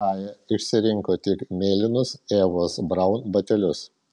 raja išsirinko tik mėlynus evos braun batelius